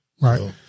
Right